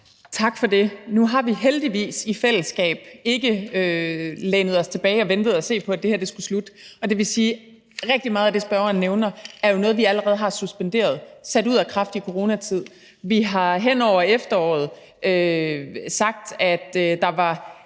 Tak for det. Nu har vi heldigvis i fællesskab ikke lænet os tilbage og ventet på, at det her skulle slutte. Og det vil sige, at rigtig meget af det, spørgeren nævner, jo er noget, vi allerede har suspenderet, sat ud af kraft, i coronatiden. Vi har hen over efteråret sagt, at der var